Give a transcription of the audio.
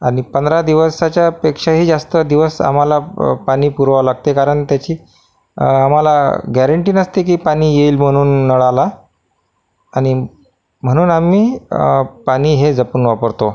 आणि पंधरा दिवसाच्यापेक्षाही जास्त दिवस आम्हाला पाणी पुरवावं लागते कारण त्याची आम्हाला गॅरंटी नसते की पाणी येईल म्हणून नळाला आणि म्हणून आम्ही पाणी हे जपून वापरतो